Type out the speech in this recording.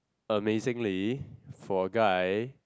amazingly for a guy